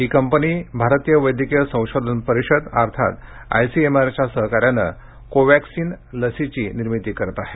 ही company भारतीय वैद्यकीय संशोधन परिषद अर्थात आयसीएमआर च्या सहकार्यानं कोवॅक्सीन लसीची निर्मिती करत आहे